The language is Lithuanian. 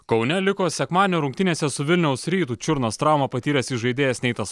kaune liko sekmadienio rungtynėse su vilniaus rytu čiurnos traumą patyręs įžaidėjas neitas